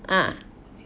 ah